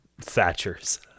Thatchers